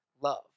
love